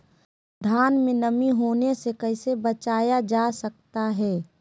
धान में नमी होने से कैसे बचाया जा सकता है?